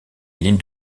ligne